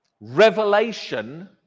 revelation